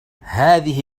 هذه